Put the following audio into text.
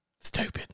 Stupid